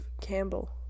Campbell